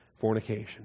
fornication